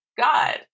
God